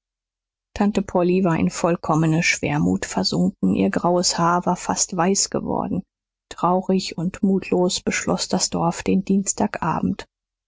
tante polly war in vollkommene schwermut versunken ihr graues haar war fast weiß geworden traurig und mutlos beschloß das dorf den dienstag abend